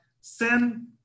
send